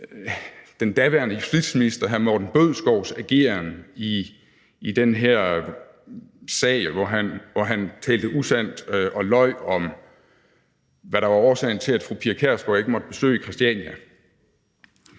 den daværende justitsminister hr. Morten Bødskovs ageren i den der sag, hvor han talte usandt og løj om, hvad der var årsagen til, at fru Pia Kjærsgaard ikke måtte besøge Christiania,